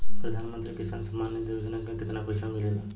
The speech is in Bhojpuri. प्रधान मंत्री किसान सम्मान निधि योजना में कितना पैसा मिलेला?